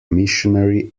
missionary